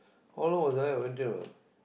how long was I